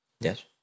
Yes